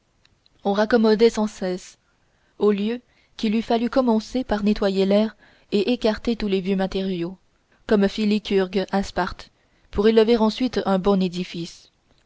on raccommodait sans cesse au lieu qu'il eût fallu commencer par nettoyer l'aire et écarter tous les vieux matériaux comme fit lycurgue à sparte pour élever ensuite un bon édifice